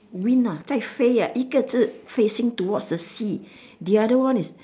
wing ah 在飞啊一个是 facing towards the sea the other one is